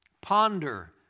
Ponder